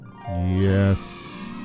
yes